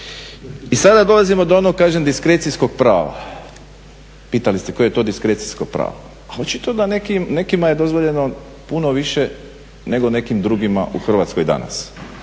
I sada dolazimo do onog diskrecijskog prava. Pitali ste koje je to diskrecijsko pravo. Očito da nekima je dozvoljeno puno više nego nekim drugima u Hrvatskoj danas